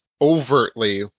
overtly